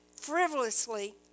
frivolously